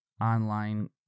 online